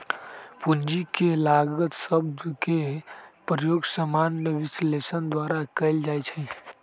पूंजी के लागत शब्द के प्रयोग सामान्य विश्लेषक द्वारा कएल जाइ छइ